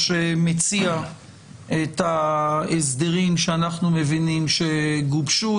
מציע את ההסדרים שאנחנו מבינים שגובשו.